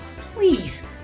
Please